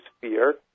fear